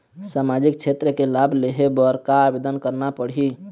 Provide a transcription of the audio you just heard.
सामाजिक क्षेत्र के लाभ लेहे बर का आवेदन करना पड़ही?